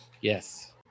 yes